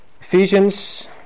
Ephesians